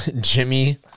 Jimmy